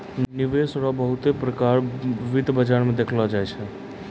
निवेश रो बहुते प्रकार वित्त बाजार मे देखलो जाय छै